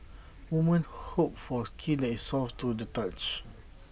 women hope for skin that is soft to the touch